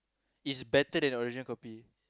is better than the original copy